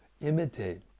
imitate